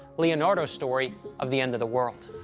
leonardo's story of the end of the world?